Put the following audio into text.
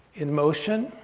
in motion